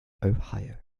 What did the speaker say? ohio